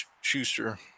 Schuster